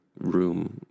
room